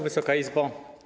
Wysoka Izbo!